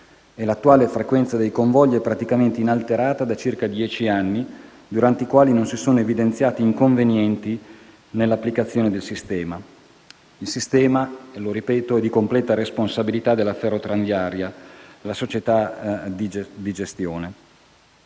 e l'attuale frequenza dei convogli è praticamente inalterata da circa dieci anni, durante i quali non si sono evidenziati inconvenienti nell'applicazione del sistema. Il sistema - lo ripeto - è di completa responsabilità della società di gestione,